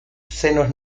senos